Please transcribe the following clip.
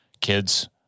kids